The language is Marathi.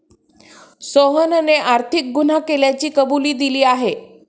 सोहनने आर्थिक गुन्हा केल्याची कबुली दिली आहे